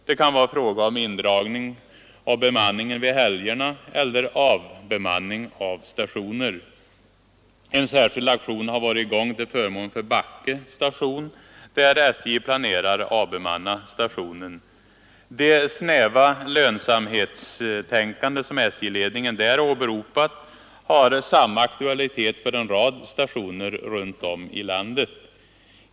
Det kan vara fråga om indragen be En särskild aktion har varit i gång till förmån för Backe station, som SJ planerar att avbemanna. Det snäva lönsamhetstänkandet som SJ ledningen därvidlag åberopat har samma aktualitet för en rad stationer runt om i landet.